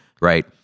right